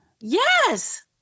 Yes